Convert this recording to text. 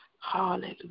Hallelujah